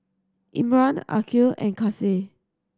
Imran Aqil and Kasih